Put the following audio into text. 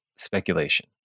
Speculation